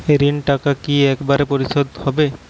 ঋণের টাকা কি একবার শোধ দিতে হবে?